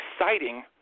exciting